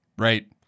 Right